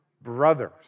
brothers